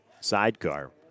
Sidecar